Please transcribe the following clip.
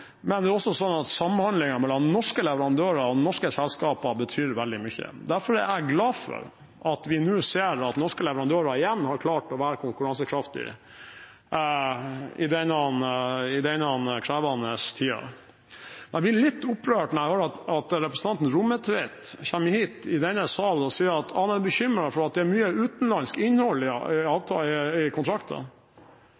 men det er også slik at samhandlingen mellom norske leverandører og norske selskaper betyr veldig mye. Derfor er jeg glad for at vi nå ser at norske leverandører igjen har klart å være konkurransekraftige i denne krevende tiden. Men jeg blir litt opprørt når jeg hører representanten Rommetveit komme hit i denne salen og si at han er bekymret for at det er mye utenlandsk innhold i kontraktene. Det er vel jaggu bedre – unnskyld uttrykket, president! – å ha norske kontrakter